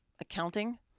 accounting